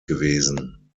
gewesen